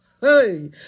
hey